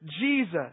Jesus